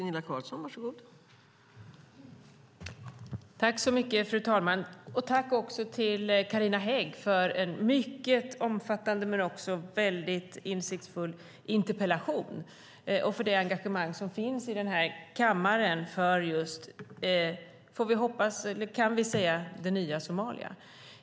Fru talman! Jag tackar Carina Hägg för en mycket omfattande men också mycket insiktsfull interpellation. Jag tackar också för det engagemang som finns i denna kammare för det nya Somalia.